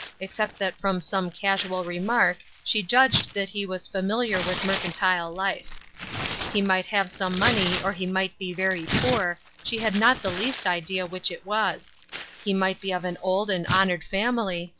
except that from some casual remark she judged that he was familiar with mercantile life he might have some money or he might be very poor, she had not the least idea which it was he might be of an old and honored family,